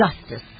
justice